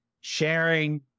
sharing